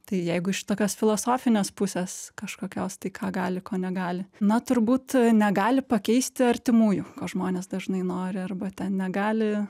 tai jeigu iš tokios filosofinės pusės kažkokios tai ką gali ko negali na turbūt negali pakeisti artimųjų ko žmonės dažnai nori arba ten negali